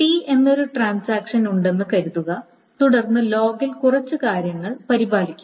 T എന്നൊരു transaction ഉണ്ടെന്ന് കരുതുക തുടർന്ന് ലോഗിൽ കുറച്ച് കാര്യങ്ങൾ പരിപാലിക്കുന്നു